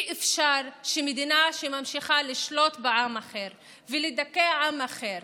אי-אפשר שמדינה שממשיכה לשלוט בעם אחר ולדכא עם אחר